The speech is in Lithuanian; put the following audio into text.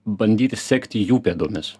bandyti sekti jų pėdomis